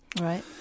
Right